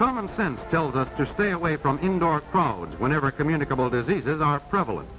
common sense tells us to stay away from indoor crowds whenever communicable diseases are prevalent